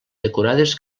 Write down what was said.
decorades